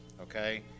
okay